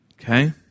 Okay